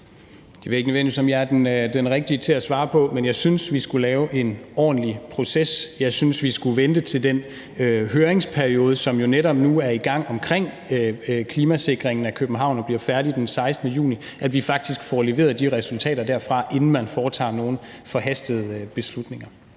jeg ikke om jeg nødvendigvis er den rigtige til at svare på, men jeg synes, vi skulle lave en ordentlig proces. Jeg synes, vi skulle vente, til den høringsperiode, som jo netop nu er i gang omkring klimasikringen af København, bliver færdig den 16. juni, og at vi faktisk får leveret de resultater derfra, inden man foretager nogen forhastede beslutninger.